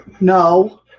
No